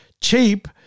cheap